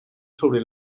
sobre